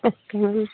अच्छा मैम